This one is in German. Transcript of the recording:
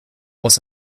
aus